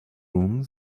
room